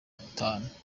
itanu